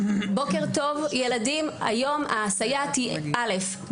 'בוקר טוב ילדים היום הסייעת היא א' ב'